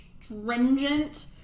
stringent